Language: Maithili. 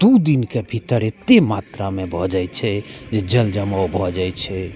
दू दिनके भीतर एतेक मात्रामे भऽ जाइ छै जे जल जमाव भऽ जाइ छै